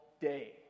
day